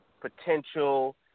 potential